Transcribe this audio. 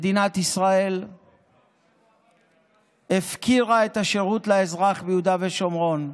מדינת ישראל הפקירה את השירות לאזרח ביהודה ושומרון,